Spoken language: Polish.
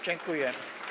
Dziękuję.